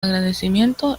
agradecimiento